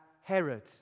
Herod